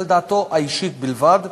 היא על דעתו האישית בלבד,